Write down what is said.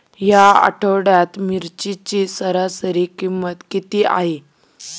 या आठवड्यात मिरचीची सरासरी किंमत किती आहे?